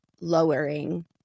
lowering